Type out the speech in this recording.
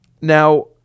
Now